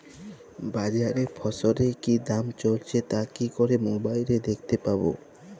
বাজারে ফসলের কি দাম চলছে তা কি করে মোবাইলে দেখতে পাবো?